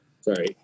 sorry